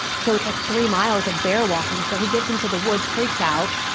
so it's like three miles of bare walking, so he gets into the woods, freaks out,